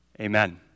Amen